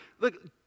Look